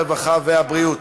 הרווחה והבריאות.